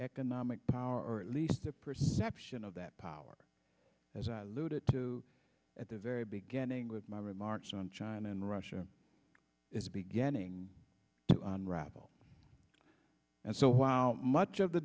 economic power or at least the perception of that power as i alluded to at the very beginning with my remarks on china and russia is beginning to unravel and so while much of the